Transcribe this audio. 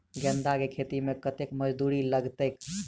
गेंदा केँ खेती मे कतेक मजदूरी लगतैक?